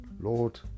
Lord